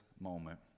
moment